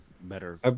better